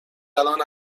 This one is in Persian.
الان